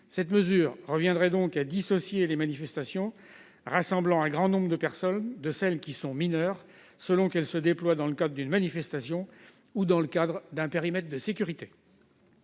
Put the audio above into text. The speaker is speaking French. Cette mesure reviendrait à dissocier les manifestations rassemblant un grand nombre de personnes de celles qui sont mineures, selon qu'elles se déploient dans le cadre d'une manifestation ou dans le cadre d'un périmètre de sécurité.